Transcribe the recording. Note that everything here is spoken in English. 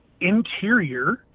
interior